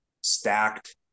stacked